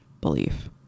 belief